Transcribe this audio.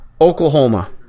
Oklahoma